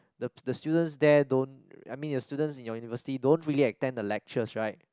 the the students there don't I mean the students in your university don't really attend the lectures right